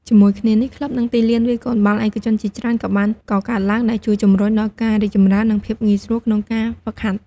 ជាមួយគ្នានេះ ក្លឹប និងទីលានវាយកូនបាល់ឯកជនជាច្រើនក៏បានកកើតឡើង ដែលជួយជំរុញដល់ការរីកចម្រើន និងភាពងាយស្រួលក្នុងការហ្វឹកហាត់។